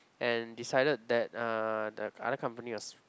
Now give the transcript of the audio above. and decided that uh the other company was